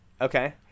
okay